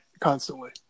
constantly